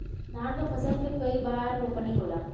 धान के फसल मे कई बार रोपनी होला?